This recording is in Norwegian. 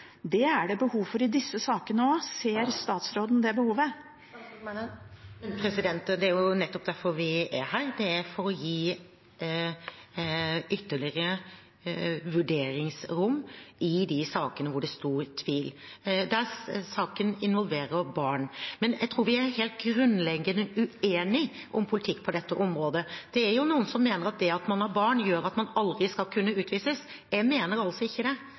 Det er det behov for i disse sakene også. Ser statsråden det behovet? Det er jo nettopp derfor vi er her, det er for å gi ytterligere vurderingsrom i de sakene hvor det er stor tvil, der saken involverer barn. Men jeg tror vi er helt grunnleggende uenig om politikk på dette området. Det er jo noen som mener at det at man har barn, gjør at man aldri skal kunne utvises. Jeg mener altså ikke det.